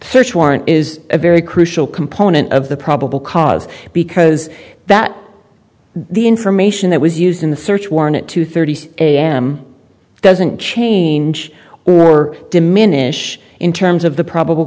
search warrant is a very crucial component of the probable cause because that the information that was used in the search warrant at two thirty am doesn't change or diminish in terms of the probable